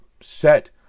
set